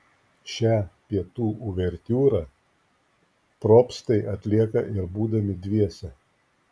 šią pietų uvertiūrą probstai atlieka ir būdami dviese